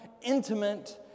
intimate